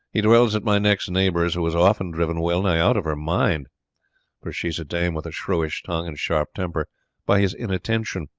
he dwells at my next neighbour's, who is often driven well-nigh out of her mind for she is a dame with a shrewish tongue and sharp temper by his inattention.